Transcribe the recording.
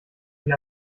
sie